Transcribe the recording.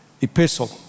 epistle